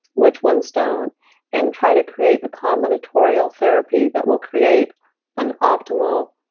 which ones don't and try to create the combinatorial therapy that will create an optimal,